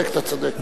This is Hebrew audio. אתה צודק,